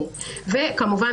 כמובן,